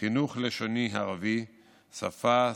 "חינוך לשוני ערבי: שפה,